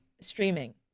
streaming